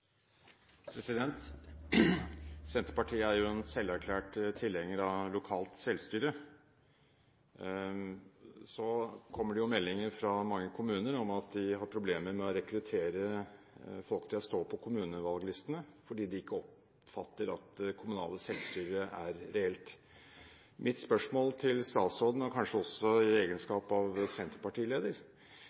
Senterpartiet er jo en selverklært tilhenger av lokalt selvstyre. Så kommer det meldinger fra mange kommuner om at de har problemer med å rekruttere folk til å stå på kommunevalglistene fordi de ikke oppfatter at det kommunale selvstyret er reelt. Mitt spørsmål til statsråden, og kanskje også til henne i egenskap av senterpartileder,